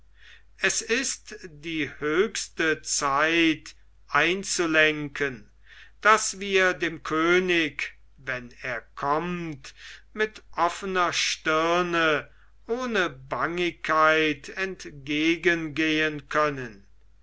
es ist die höchste zeit einzulenken daß wir dem könig wenn er kommt mit offener stirne ohne bangigkeit entgegen gehen können